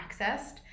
accessed